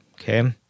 Okay